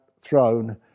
throne